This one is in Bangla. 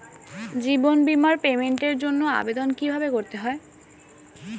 জীবন বীমার পেমেন্টের জন্য আবেদন কিভাবে করতে হয়?